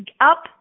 up